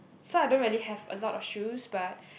so I don't really have a lot of shoes but